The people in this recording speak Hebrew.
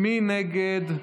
מי נגד?